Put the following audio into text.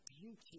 beauty